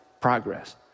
Progress